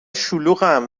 شلوغن